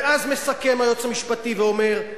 ואז מסכם היועץ המשפטי ואומר: